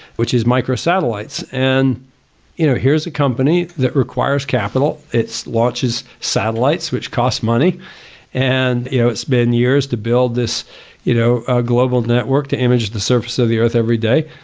which is micro satellites. and you know, here is a company that requires capital. it launches satellites which cost money and you know it's been years to build this you know ah global network to image the surface of the earth every day.